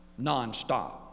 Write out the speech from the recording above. nonstop